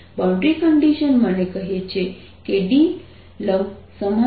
boundary condition મને કહે છે કે D લંબ સમાન છે